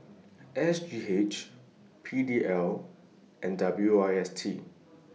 S G H P D L and W I T S